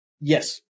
Yes